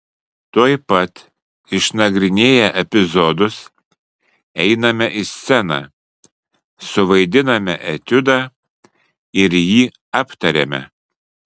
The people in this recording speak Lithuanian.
tuoj pat išnagrinėję epizodus einame į sceną suvaidiname etiudą ir jį aptariame